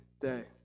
day